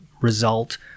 result